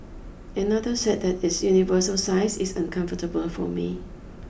another said that its universal size is uncomfortable for me